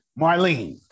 Marlene